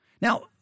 Now